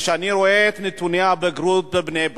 כשאני רואה את נתוני הבגרות בבני-ברק,